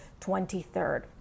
23rd